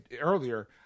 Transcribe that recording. earlier